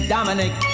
Dominic